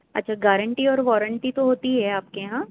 اچھا گارنٹی اور وارنٹی تو ہوتی ہے آپ کے یہاں